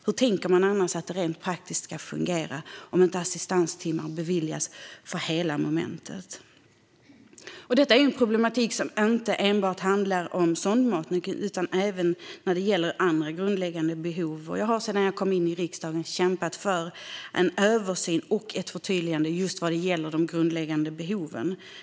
Hur tänker man att det rent praktiskt ska fungera om inte assistanstimmar beviljas för hela momentet? Detta är en problematik som inte enbart gäller sondmatning utan även andra grundläggande behov. Jag har sedan jag kom in i riksdagen kämpat för en översyn och ett förtydligande vad gäller just de grundläggande behoven.